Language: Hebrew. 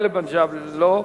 גאלב מג'אדלה, לא.